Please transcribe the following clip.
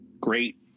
great